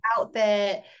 outfit